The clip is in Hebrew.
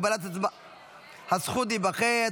הגבלת הזכות להיבחר),